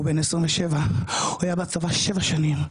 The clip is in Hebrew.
הוא בן 27, היה בצבא שבע שנים,